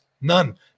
none